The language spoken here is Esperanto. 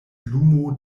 lumo